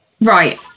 Right